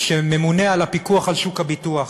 שממונה על הפיקוח על שוק הביטוח.